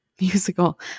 musical